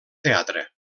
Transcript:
teatre